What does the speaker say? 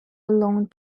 long